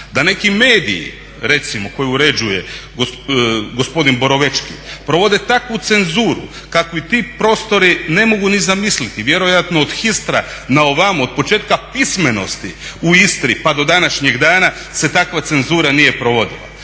Da neki mediji recimo koje uređuje gospodin Borovečki provode takvu cenzuru kakvu ti prostori ne mogu ni zamisliti, vjerojatno od histra na ovamo, od početka pismenosti u Istri pa do današnjeg dana se takva cenzura nije provodila